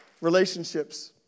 Relationships